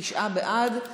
תשעה בעד,